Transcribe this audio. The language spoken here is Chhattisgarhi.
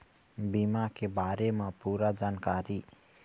बीमा के बारे म पूरा जानकारी?